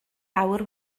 awr